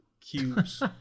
cubes